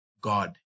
God